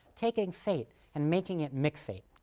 taking fate and making it mcfate.